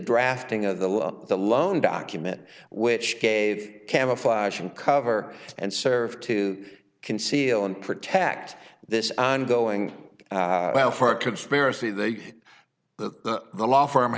drafting of the law of the loan document which gave camouflaging cover and serve to conceal and protect this ongoing well for a conspiracy they that the law firm